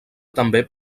també